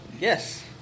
Yes